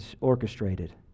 orchestrated